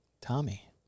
Tommy